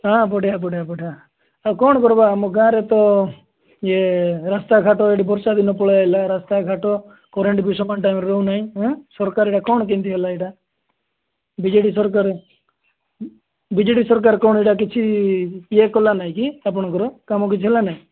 ହଁ ବଢ଼ିଆ ବଢ଼ିଆ ବଢ଼ିଆ ଆଉ କ'ଣ କରିବା ଆମ ଗାଁରେ ତ ଇଏ ରାସ୍ତାଘାଟ ଏଠି ବର୍ଷାଦିନ ପଳେଇ ଆସିଲା ରୀସ୍ତାଘାଟ କରେଣ୍ଟ ବି ସମାନ ଟାଇମ୍ରେ ରହୁ ନାହିଁ ଏ ସରକାର କ'ଣ କେମିତି ହେଲା ଏଇଟା ବିଜେଡ଼ି ସରକାର ବିଜେଡ଼ି ସରକାର କ'ଣ ଏଇଟା କିଛି ଇଏ କଲା ନାହିଁ ଆପଣଙ୍କର କାମ କିଛି ହେଲା ନାହିଁ